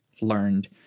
learned